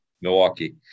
Milwaukee